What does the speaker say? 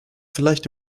vielleicht